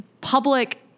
public